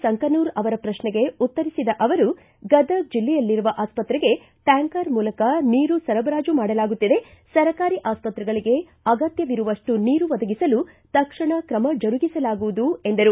ಸಂಕನೂರ ಅವರ ಪ್ರಶ್ನೆಗೆ ಉತ್ತರಿಸಿದ ಅವರು ಗದಗ್ ಜಿಲ್ಲೆಯಲ್ಲಿರುವ ಆಸ್ಪತ್ರೆಗೆ ಟ್ವಾಂಕರ್ ಮೂಲಕ ನೀರು ಸರಬರಾಜು ಮಾಡಲಾಗುತ್ತಿದೆ ಸರ್ಕಾರಿ ಆಸ್ಪತ್ರೆಗಳಿಗೆ ಅಗತ್ತವಿರುವಷ್ಟು ನೀರು ಒದಗಿಸಲು ತಕ್ಷಣ ಕ್ರಮ ಜರುಗಿಸಲಾಗುವುದು ಎಂದರು